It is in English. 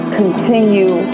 continue